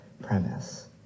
premise